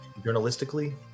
Journalistically